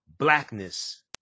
Blackness